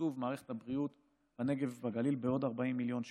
תקצוב מערכת הבריאות בנגב והגליל בעוד 40 מיליון שקל,